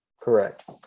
Correct